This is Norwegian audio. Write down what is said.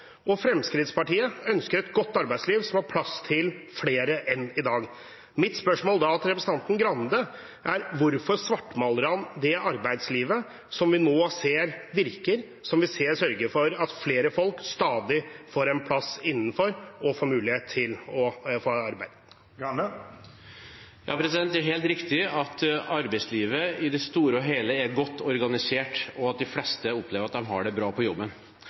ha. Fremskrittspartiet ønsker et godt arbeidsliv som har plass til flere enn i dag. Mitt spørsmål til representanten Grande er: Hvorfor svartmaler han det arbeidslivet som vi nå ser virker, som vi ser sørger for at flere folk stadig får en plass innenfor og får mulighet til å få arbeid? Det er helt riktig at arbeidslivet i det store og hele er godt organisert, og at de fleste opplever at de har det bra på jobben.